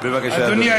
בבקשה, אדוני.